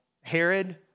Herod